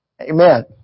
Amen